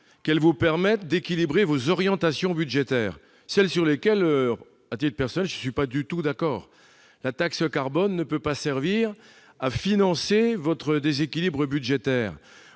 qu'elle vous permet d'équilibrer vos orientations budgétaires, sur lesquelles, à titre personnel, je ne suis pas du tout d'accord. La taxe carbone ne peut pas servir à financer votre déséquilibre budgétaire.